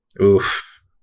Oof